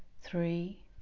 three